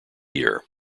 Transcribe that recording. year